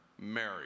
Mary